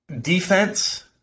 defense